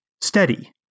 Steady